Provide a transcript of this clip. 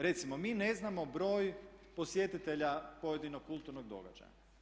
Recimo mi ne znamo broj posjetitelja pojedinog kulturnog događaja.